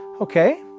okay